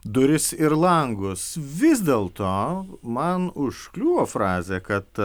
duris ir langus vis dėl to man užkliūvo frazė kad